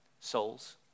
Souls